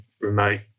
remote